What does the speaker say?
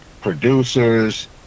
producers